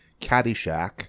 Caddyshack